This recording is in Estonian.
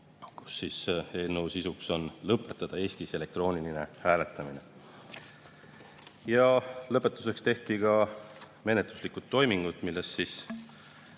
eelnõu, mille sisu on lõpetada Eestis elektrooniline hääletamine. Lõpetuseks tehti ka menetluslikud toimingud, millest kaks